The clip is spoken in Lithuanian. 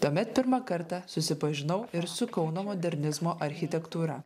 tuomet pirmą kartą susipažinau ir su kauno modernizmo architektūra